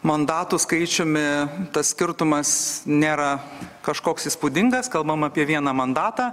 mandatų skaičiumi tas skirtumas nėra kažkoks įspūdingas kalbam apie vieną mandatą